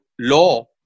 law